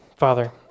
Father